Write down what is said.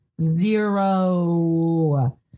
Zero